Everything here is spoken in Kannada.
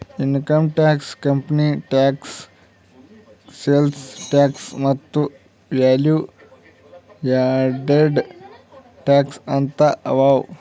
income tax, company tax, sales tax ಮತ್ತ ವ್ಯಾಲೂ ಯಾಡೆಡ್ ಟ್ಯಾಕ್ಸ್ ಅಂತ್ ಅವಾ